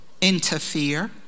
interfere